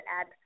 add